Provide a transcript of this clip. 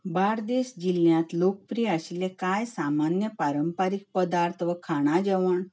बार्देश जिल्ल्यांत लोकप्रिय आशिल्ले कांय सामान्य पारंपारीक पदार्थ वा खाणां जेवण